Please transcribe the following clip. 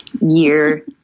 year